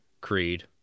Creed